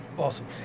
Awesome